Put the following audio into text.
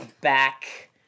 back